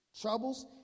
Troubles